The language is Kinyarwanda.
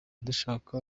dushaka